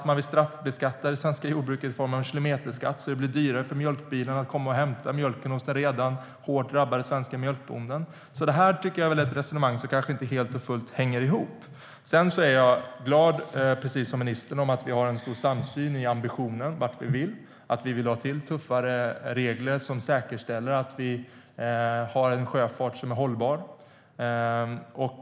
Man vill straffbeskatta det svenska jordbruket genom en kilometerskatt som gör det dyrare för mjölkbilen att komma och hämta mjölken hos den redan hårt drabbade svenska mjölkbonden. Jag tycker inte att resonemanget hänger ihop helt och fullt. Precis som ministern är jag glad över att vi har en stor samsyn om ambitionen - att vi vill ha tuffare regler som säkerställer att vi har en sjöfart som är hållbar.